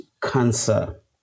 cancer